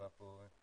אני